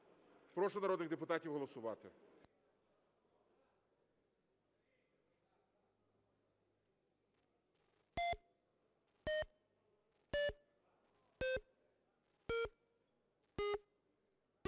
Прошу народних депутатів голосувати.